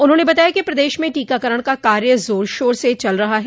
उन्होंने बताया कि प्रदेश में टीकाकरण का कार्य जोरशोर से चल रहा है